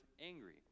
angry